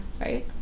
Right